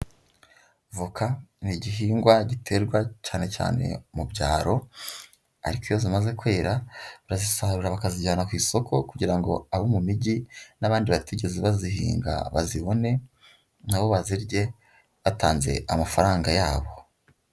Voka ni igihingwa giterwa cyane cyane mu byaro, ariko iyo zimaze kwera barazisarura bakazijyana ku isoko kugira ngo abo mu mijyi n'abandi batigeze bazihinga bazibone na bo bazirye batanze amafaranga yabo.